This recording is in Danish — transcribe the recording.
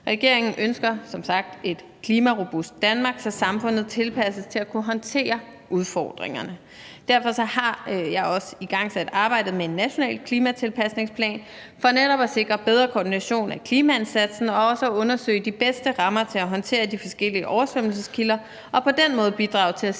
Regeringen ønsker som sagt et klimarobust Danmark, så samfundet tilpasses til at kunne håndtere udfordringerne. Derfor har jeg også igangsat arbejdet med en national klimatilpasningsplan, altså for netop at sikre bedre koordination af klimaindsatsen og også for at undersøge de bedste rammer til at håndtere de forskellige oversvømmelseskilder og på den måde bidrage til at